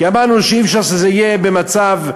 כי אמרנו שאי-אפשר שזה יהיה במצב,